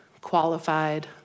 qualified